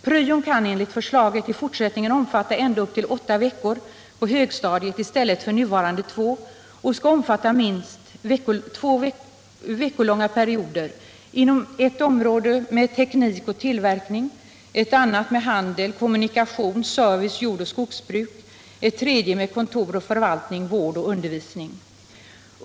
Pryon kan enligt förslaget i fortsättningen omfatta ända upp till åtta veckor på högstadiet i stället för nuvarande två och skall omfatta minst veckolånga perioder inom ett område med teknik och tillverkning, ett annat med handel, kommunikation, service, jordoch skogsbruk och ett tredje med kontor och förvaltning, vård och undervisning.